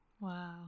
Wow